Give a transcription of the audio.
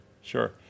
sure